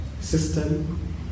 system